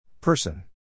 Person